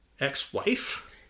ex-wife